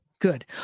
Good